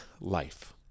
life